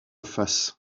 face